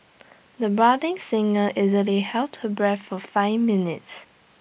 the budding singer easily held her breath for five minutes